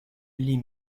les